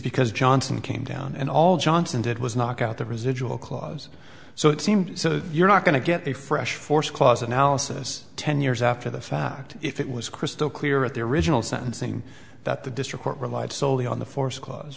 because johnson came down and all johnson did was knock out the residual clause so it seemed so you're not going to get a fresh forced clause analysis ten years after the fact if it was crystal clear at the original sentencing that the district court relied soley on the force cla